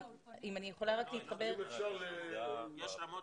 באולפנים של המדינה,